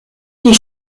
die